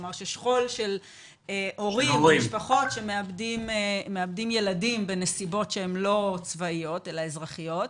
כלומר שכול של הורים שמאבדים ילדים בנסיבות שהן לא צבאיות אלא אזרחיות.